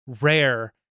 rare